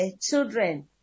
children